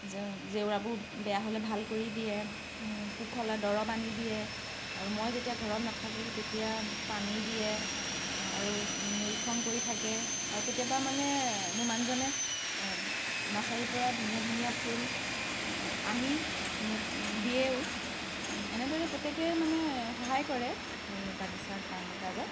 জেও জেওৰাবোৰ বেয়া হ'লে ভাল কৰি দিয়ে পোক হ'লে দৰৱ আনি দিয়ে আৰু মই যেতিয়া ঘৰত নাথাকোঁ তেতিয়া পানী দিয়ে আৰু নিৰীক্ষণ কৰি থাকে আৰু কেতিয়াবা মানে মোৰ মানুহজনে নাৰ্ছাৰী পৰা ধুনীয়া ধুনীয়া ফুল আনি মোক দিয়েও এনেদৰে প্ৰত্যেকে মানে সহায় কৰে এই বাগিছা কাম কাজত